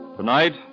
Tonight